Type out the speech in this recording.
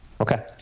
okay